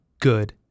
good